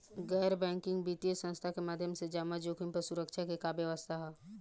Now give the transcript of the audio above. गैर बैंकिंग वित्तीय संस्था के माध्यम से जमा जोखिम पर सुरक्षा के का व्यवस्था ह?